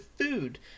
food